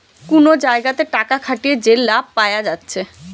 কুনো জাগাতে টাকা খাটিয়ে যে লাভ পায়া যাচ্ছে